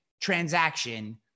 transaction